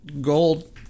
gold